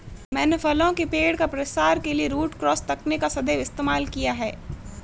मैंने फलों के पेड़ का प्रसार के लिए रूट क्रॉस तकनीक का सदैव इस्तेमाल किया है